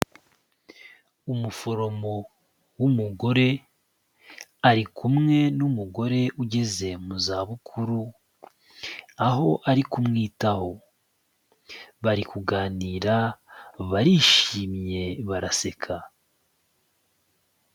Umuforomo w'umugore ari kumwe n'umugore ugeze mu zabukuru, aho ari kumwitaho, bari kuganira barishimye baraseka.